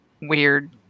weird